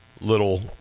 little